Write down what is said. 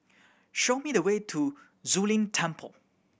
show me the way to Zu Lin Temple